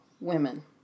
women